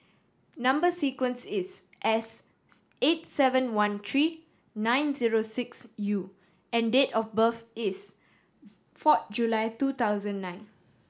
number sequence is S eight seven one three nine zero six U and date of birth is four July two thousand nine